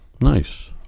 Nice